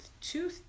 two